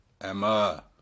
Emma